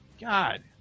God